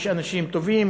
יש אנשים טובים,